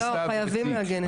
חייבים לעגן את זה.